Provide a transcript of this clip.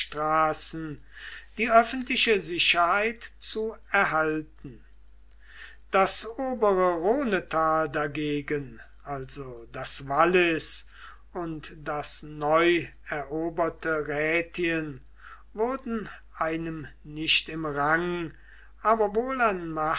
die öffentliche sicherheit zu erhalten das obere rhonetal dagegen also das wallis und das neu eroberte rätien wurden einem nicht im rang aber wohl an